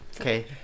Okay